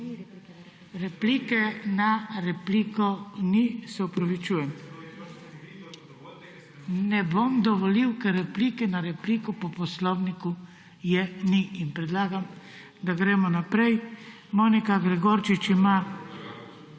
Replike na repliko ni, se opravičujem. Ne bom dovolil, ker replike na repliko po poslovniku ni. In predlagam, da gremo naprej. Postopkovno mag.